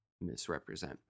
misrepresent